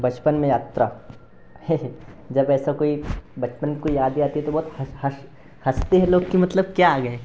बचपन में यात्रा जब ऐसा कोई बचपन को यादें आती हैं तो बहुत हस हस हँसते है लोग कि मतलब क्या आ गए